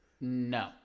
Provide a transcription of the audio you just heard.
No